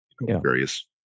Various